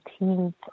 18th